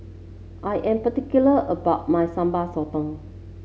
I am particular about my Sambal Sotong